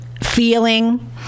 feeling